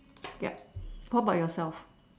ya what about yourself